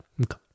Okay